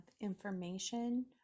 information